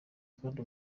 kandi